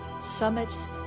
summits